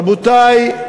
רבותי,